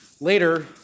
Later